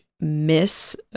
miss